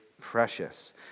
precious